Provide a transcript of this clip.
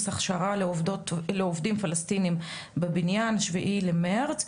הכשרה לעובדים פלסטינים בבניין ה-7 במרץ.